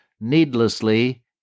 needlessly